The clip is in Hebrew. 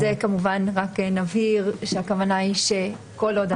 בסעיף קטן (ב) מוסבר שיש שני שלבים.